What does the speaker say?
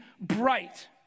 bright